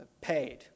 paid